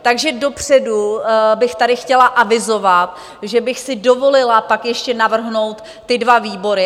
Takže dopředu bych tady chtěla avizovat, že bych si dovolila pak ještě navrhnout ty dva výbory.